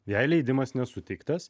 jei leidimas nesuteiktas